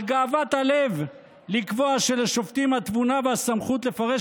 על גאוות הלב לקבוע שלשופטים התבונה והסמכות לפרש